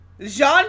Jean